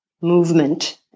movement